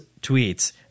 tweets